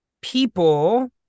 people